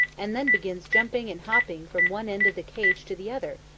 and then begins jumping and hopping from one end of the cage to the other,